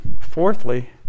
Fourthly